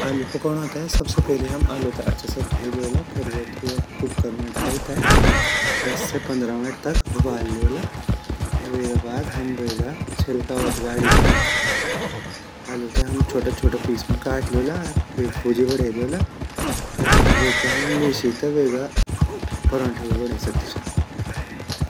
आलू पकोड़ो ते पहली हम वेते ाचा से ध्वे ल्योला फिर वेते योक कुकर मा ढाली ते दस से पंद्रह मिनट तक उबाल ल्योला फिर वेगा बाद हम वेगा छिलका वथ गाडी ते आलू ते हम छोटा-छोटा पीस मा काट ल्योला अर वेगि भुज्जी बड़े दयोला अर वेते मीसी ते वेगा परौंठ भी बड़े सकदा छिन।